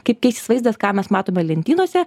kaip keisis vaizdas ką mes matome lentynose